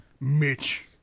Mitch